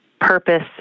purpose